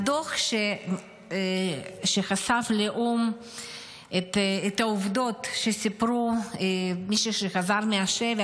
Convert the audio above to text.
והדוח שחשף לאו"ם את העובדות שסיפרו מי שחזרו מהשבי,